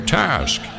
task